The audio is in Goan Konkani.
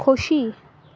खोशी